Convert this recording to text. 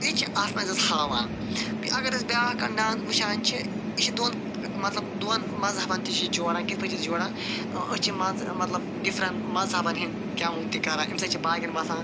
یہِ چھُ اَتھ منٛز اسہِ ہاوان بیٚیہِ اگر أسۍ بیٛاکھ اَکھ ڈانس وُچھان چھِ یہِ چھُ دۄن مطلب دۄن مذہبن تہِ چھُ یہِ جۄڈان کِتھ پٲٹھۍ چھُ جۄڈان ٲں أسۍ چھِ منزٕ مطلب ڈِفریٚنٛٹ مذہبن ہنٛدۍ گیٚوُن تہِ کران اَمہِ سۭتۍ چھُ باقین وۄتھان